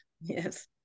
Yes